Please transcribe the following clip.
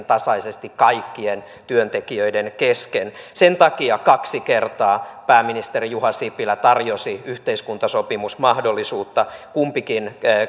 tasaisesti kaikkien työntekijöiden kesken sen takia kaksi kertaa pääministeri juha sipilä tarjosi yhteiskuntasopimusmahdollisuutta kumpikin